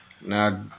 now